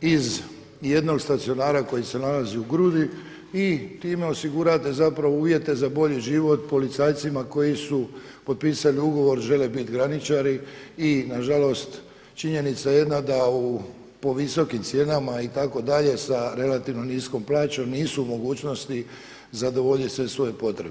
iz jednog stacionara koji se nalazi u Grudi i time osigurate za bolji život policajcima koji su potpisali ugovor, žele biti graničari i nažalost činjenica jedna da po visokim cijenama itd., sa relativno niskom plaćom nisu u mogućnosti zadovoljiti sve svoje potrebe.